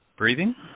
Breathing